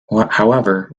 however